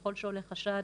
ככל שעולה חשד